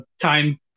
time